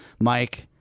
Mike